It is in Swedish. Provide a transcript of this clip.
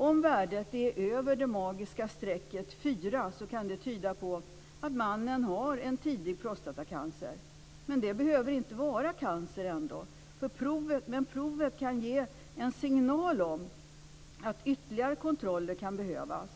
Om värdet är över det magiska strecket 4 kan det tyda på att mannen har en tidig prostatacancer. Men det behöver inte vara cancer. Provet kan ge en signal om att ytterligare kontroller kan behövas.